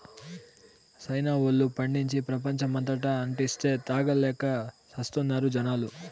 China వోల్లు పండించి, ప్రపంచమంతటా అంటిస్తే, తాగలేక చస్తున్నారు జనాలు